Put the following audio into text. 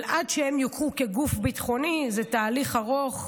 אבל עד שהם יוכרו כגוף ביטחוני, זה תהליך ארוך.